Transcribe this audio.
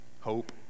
hope